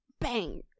bang